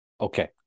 Okay